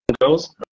girls